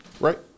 Right